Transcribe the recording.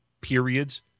periods